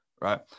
right